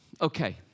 Okay